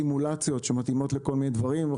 סימולציות שמתאימות לכל מיני דברים.